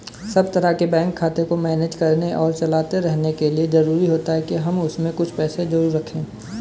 सब तरह के बैंक खाते को मैनेज करने और चलाते रहने के लिए जरुरी होता है के हम उसमें कुछ पैसे जरूर रखे